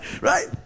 Right